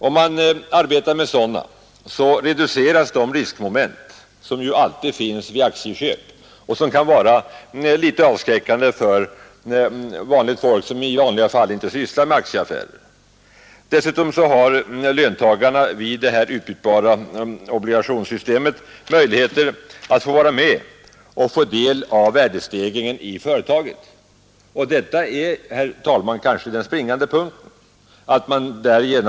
Om man arbetar med sådana reduceras de riskmoment som ju alltid finns vid aktieköp och som kan vara litet avskräckande för vanligt folk som inte brukar syssla med aktieaffärer. Dessutom har löntagarna vid det här systemet med utbytbara obligationer möjligheter att vara med och få del av värdestegringarna i företaget. Detta är, herr talman, kanske den springande punkten.